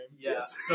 Yes